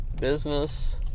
business